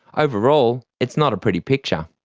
overall it's not a pretty picture.